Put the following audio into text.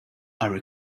are